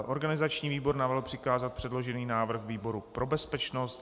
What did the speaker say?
Organizační výbor navrhl přikázat předložený návrh výboru pro bezpečnost.